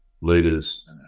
leaders